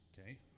okay